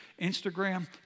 Instagram